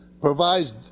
provides